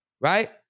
Right